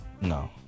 No